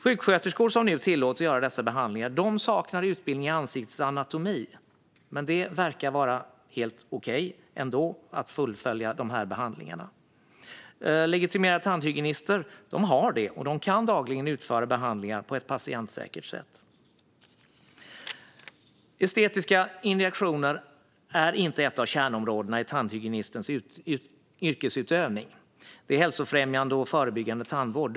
Sjuksköterskor som nu tillåts göra dessa behandlingar saknar utbildning i ansiktets anatomi, men det verkar ändå helt okej att fullfölja de här behandlingarna. Legitimerade tandhygienister har den utbildningen, och de kan dagligen utföra behandlingar på ett patientsäkert sätt. Estetiska injektioner är inte ett av kärnområdena i tandhygienistens yrkesutövning. Det är hälsofrämjande och förebyggande tandvård.